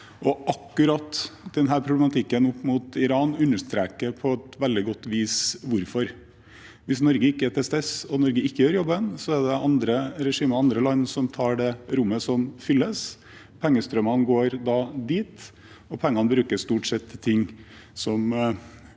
Akkurat denne problematikken med hensyn til Iran understreker på veldig godt vis hvorfor. Hvis Norge ikke er til stede og Norge ikke gjør jobben, er det andre regimer og andre land som fyller det rommet. Pengestrømmene går da dit, og pengene brukes i stort til ting vi